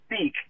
speak